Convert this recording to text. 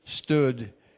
stood